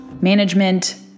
management